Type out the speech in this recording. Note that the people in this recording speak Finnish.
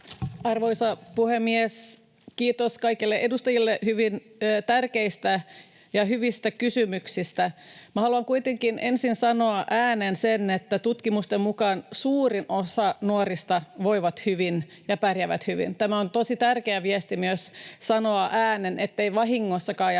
Arvoisa puhemies! Kiitos kaikille edustajille hyvin tärkeistä ja hyvistä kysymyksistä. Minä haluan kuitenkin ensin sanoa ääneen sen, että tutkimusten mukaan suurin osa nuorista voi hyvin ja pärjää hyvin. Tämä on tosi tärkeä viesti myös sanoa ääneen, ettei vahingossakaan jää